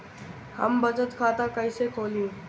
हम बचत खाता कईसे खोली?